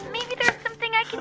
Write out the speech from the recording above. maybe there's something i